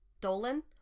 Dolan